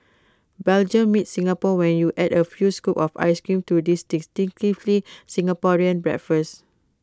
Belgium meets Singapore when you add A few scoops of Ice Cream to this distinctively Singaporean breakfast